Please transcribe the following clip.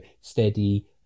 steady